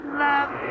love